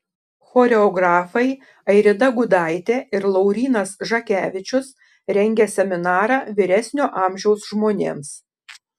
choreografai airida gudaitė ir laurynas žakevičius rengia seminarą vyresnio amžiaus žmonėms